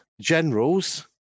Generals